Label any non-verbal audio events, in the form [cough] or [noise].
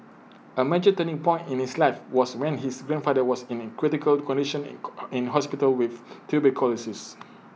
A major turning point in his life was when his grandfather was in A critical condition in [unintelligible] in hospital with tuberculosis